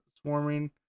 swarming